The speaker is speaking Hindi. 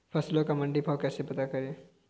फसलों का मंडी भाव कैसे पता करें?